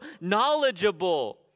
knowledgeable